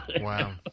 Wow